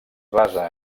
basa